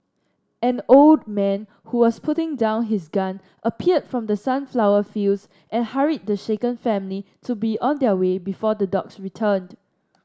an old man who was putting down his gun appeared from the sunflower fields and hurried the shaken family to be on their way before the dogs returned